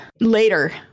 later